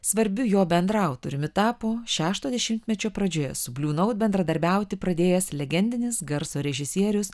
svarbiu jo bendraautoriumi tapo šešto dešimtmečio pradžioje su bliu naut bendradarbiauti pradėjęs legendinis garso režisierius